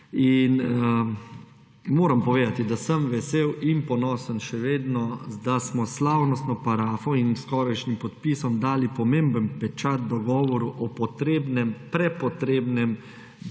Moram povedati, da sem vesel in ponosen še vedno, da smo s slavnostno parafo in skorajšnjim podpisom dali pomemben pečat dogovoru o potrebnem, prepotrebnem